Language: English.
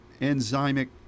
enzymic